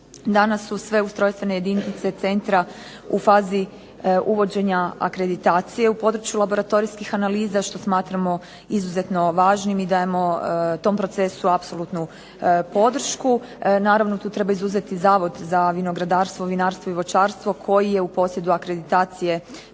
Danas su sve ustrojstvene jedinice centra u fazi uvođenja akreditacije u području laboratorijskih analiza što smatramo izuzetno važnim i dajemo tom procesu apsolutnu podršku. Naravno, tu treba izuzeti Zavod za vinogradarstvo, vinarstvo i voćarstvo koji je u posjedu akreditacije